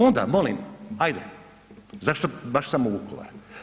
Onda molim, ajde, zašto baš samo u Vukovar.